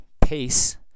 pace